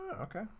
okay